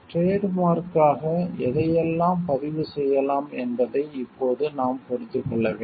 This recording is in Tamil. டிரேட் மார்க்யாக எதையெல்லாம் பதிவு செய்யலாம் என்பதை இப்போது நாம் புரிந்து கொள்ள வேண்டும்